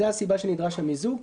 זו הסיבה שנדרש המיזוג.